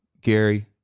Gary